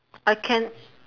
I can